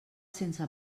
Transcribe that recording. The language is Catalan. sense